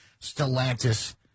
Stellantis